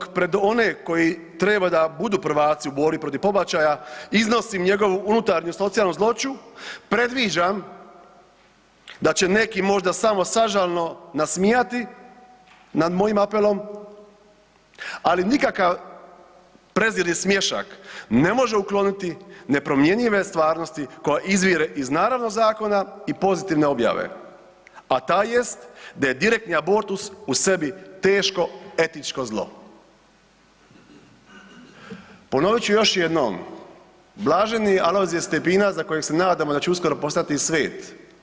No dok pred one koji treba da budu prvaci u borbi protiv pobačaja, iznosim njegovu unutarnju socijalnu zloću, predviđam da će neki možda samo sažalno nasmijati nad mojim apelom ali nikakav prezir i smiješak ne može ukloniti nepromjenjive stvarnosti koja izvire iz narodnog zakona i pozitivne objave a ta jest da je direktni abortus u sebi teško etičko zlo.“ Ponovit ću još jednom, blaženi Alojzije Stepinac za kojeg se nadamo da će uskoro postati svet.